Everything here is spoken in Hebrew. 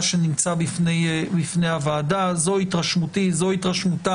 ואתמול ישבתי יום שלם בוועדות השונות ולא הוצאתי מילה וזה גם